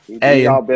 Hey